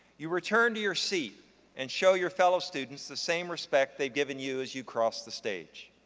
you return to your seat and show your fellow students the same respect they've given you as you cross the stage.